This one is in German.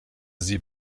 sie